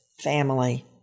family